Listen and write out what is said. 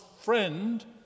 friend